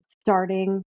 starting